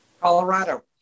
Colorado